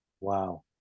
Wow